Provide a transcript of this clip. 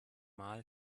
mal